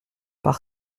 par